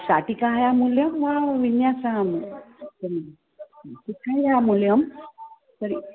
शाटिकायां मध्ये विन्यासः अहं करोमि तर्हि